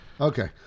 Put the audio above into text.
Okay